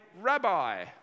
rabbi